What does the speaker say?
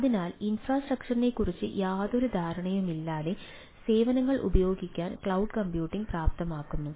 അതിനാൽ ഇൻഫ്രാസ്ട്രക്ചറിനെക്കുറിച്ച് യാതൊരു ധാരണയുമില്ലാതെ സേവനങ്ങൾ ഉപയോഗിക്കാൻ ക്ലൌഡ് കമ്പ്യൂട്ടിംഗ് പ്രാപ്തമാക്കുന്നു